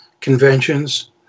conventions